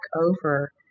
over